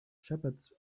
shepherds